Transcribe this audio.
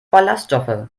ballaststoffe